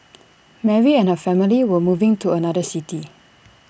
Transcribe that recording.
Mary and her family were moving to another city